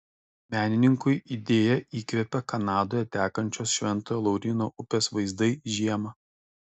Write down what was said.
menininkui idėją įkvėpė kanadoje tekančios šventojo lauryno upės vaizdai žiemą